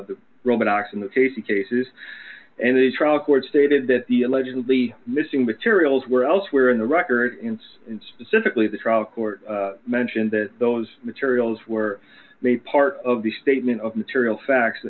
the robot acts in the face of cases and the trial court stated that the allegedly missing materials were elsewhere in the records and specifically the trial court mentioned that those materials were made part of the statement of material facts